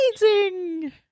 amazing